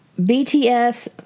BTS